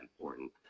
important